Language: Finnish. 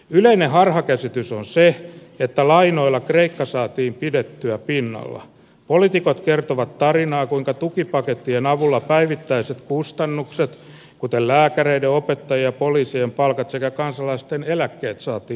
yleinen harhakäsitys on se että lainoilla kreikka saatiin pidettyä pinnalla politiikot kertovat tarinaa kuinka tukipakettien avulla päivittäiset kustannukset kuten lääkäreitä opettajia poliisien palkat sekä kansalaisten eläkkeet saati